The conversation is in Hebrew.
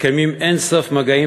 מתקיימים אין-סוף מגעים,